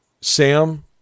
sam